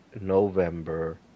november